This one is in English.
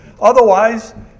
Otherwise